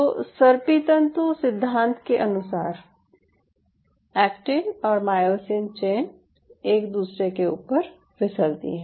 तो सर्पीतंतु सिद्धांत के अनुसार एक्टीन और मायोसिन चेन एक दूसरे के ऊपर फिसलती हैं